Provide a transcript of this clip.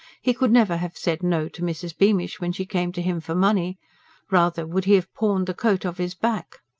he could never have said no to mrs. beamish when she came to him for money rather would he have pawned the coat off his back.